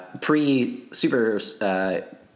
pre-Super